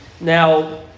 now